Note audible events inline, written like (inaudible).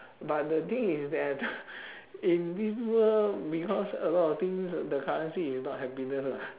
but the thing is that (noise) in this world because a lot of things the currency is not happiness [what]